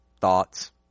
thoughts